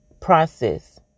process